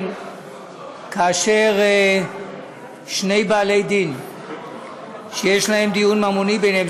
כאשר שני בעלי-דין שיש להם דיון ממוני ביניהם,